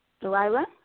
Delilah